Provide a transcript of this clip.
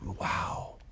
wow